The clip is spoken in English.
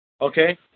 Okay